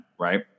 right